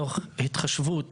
תוך התחשבות